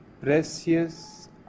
precious